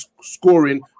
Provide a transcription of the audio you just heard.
scoring